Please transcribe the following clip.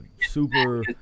Super